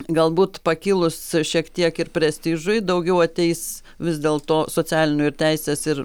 galbūt pakilus šiek tiek ir prestižui daugiau ateis vis dėl to socialinių ir teises ir